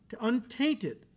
untainted